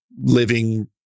living